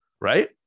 right